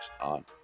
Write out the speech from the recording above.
on